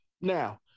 Now